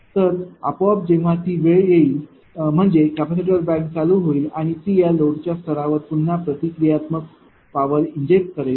तर आपोआप जेव्हा ती वेळ येईल म्हणजे कॅपेसिटर बँक चालू होईल आणि ती त्या लोडच्या स्तरावर पुन्हा प्रतिक्रियात्मक पॉवर इंजेक्ट करेल